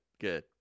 Good